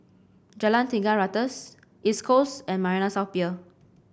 Jalan Tiga Ratus East Coast and Marina South Pier